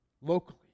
locally